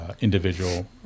individual